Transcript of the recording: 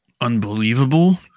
unbelievable